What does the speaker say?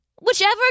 Whichever